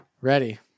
Ready